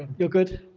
you're good?